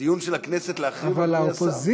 דיון של הכנסת להחרים, אדוני השר?